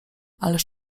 ależ